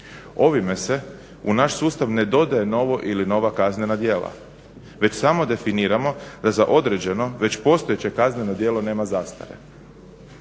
Ovime se u naš sustav ne dodaje novo ili nova kaznena djela, već samo definiramo da za određeno, već postojeće kazneno djelo nema zastare.